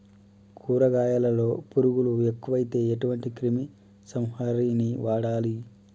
కూరగాయలలో పురుగులు ఎక్కువైతే ఎటువంటి క్రిమి సంహారిణి వాడాలి?